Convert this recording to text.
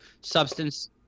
substance